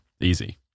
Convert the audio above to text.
Easy